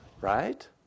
Right